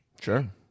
Sure